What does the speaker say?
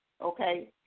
okay